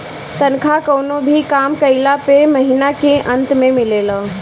तनखा कवनो भी काम कइला पअ महिना के अंत में मिलेला